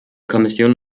kommission